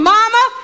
Mama